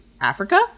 Africa